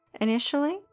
Initially